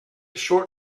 short